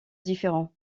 différents